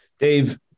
Dave